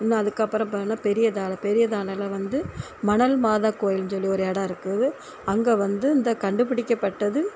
இன்னும் அதற்கு அப்புறம் போனால் பெரியதால பெரியதானையில் வந்து மணல் மாதா கோவில்ன்னு சொல்லி ஒரு இடம் இருக்கு அங்கே வந்து இந்த கண்டுபிடிக்கப்பட்டது